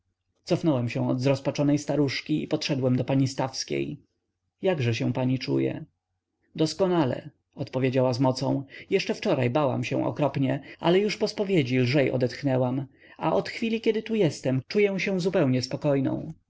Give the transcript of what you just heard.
cofnąłem się od zrozpaczonej staruszki i podszedłem do pani stawskiej jakże się pani czuje doskonale odpowiedziała z mocą jeszcze wczoraj bałam się okropnie ale już po spowiedzi lżej odetchnęłam a od chwili kiedy tu jestem czuję się zupełnie spokojną